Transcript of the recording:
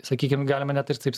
sakykim galima net ir taip